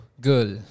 girl